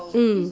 mm